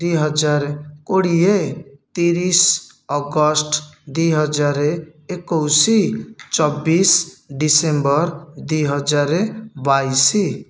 ଦୁଇ ହଜାର କୋଡିଏ ତିରିଶ ଅଗଷ୍ଟ ଦୁଇ ହଜାରେ ଏକୋଉଶ ଚବିଶ ଡିସେମ୍ବର ଦୁଇ ହଜାରେ ବାଇଶ